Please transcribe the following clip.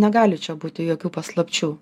negali čia būti jokių paslapčių